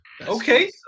Okay